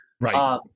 Right